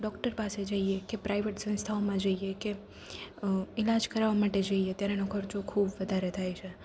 doctor પાસે જઈએ કે પ્રાઈવેટ સંસ્થાઓમાં જઈએ કે ઈલાજ કરવા માટે જઈએ ત્યારે એનો ખર્ચો ખૂબ વધારે થાય છે